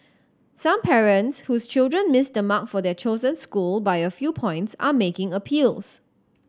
some parents whose children missed the mark for their chosen school by a few points are making appeals